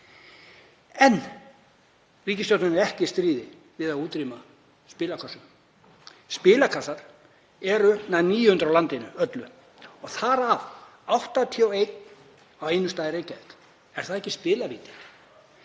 Ríkisstjórnin er ekki í stríði við að útrýma spilakössum. Spilakassar eru 900 á landinu öllu og þar af 81 á einum stað í Reykjavík. Er það ekki spilavíti?